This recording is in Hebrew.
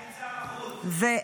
--- מה?